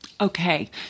Okay